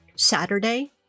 Saturday